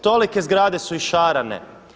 Tolike zgrade su išarane.